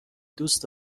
دوست